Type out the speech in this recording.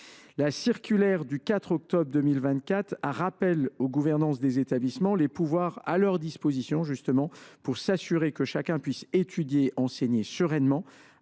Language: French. La circulaire du 4 octobre 2024 a visé à rappeler aux gouvernances des établissements les pouvoirs à leur disposition pour s’assurer que chacun puisse étudier et enseigner sereinement.